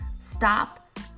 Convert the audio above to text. Stop